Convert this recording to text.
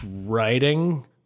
writing